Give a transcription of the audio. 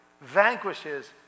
vanquishes